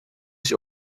ich